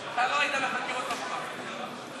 אתה לא היית בחקירות אף פעם, נכון?